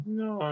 no